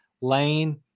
Lane